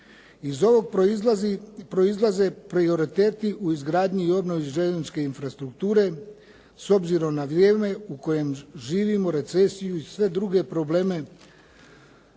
Iz ovog proizlaze prioriteti u izgradnji i obnovi željezničke infrastrukture. S obzirom na vrijeme u kojem živimo, recesiju i sve druge probleme